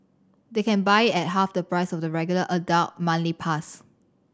they can buy it at half the price of the regular adult monthly pass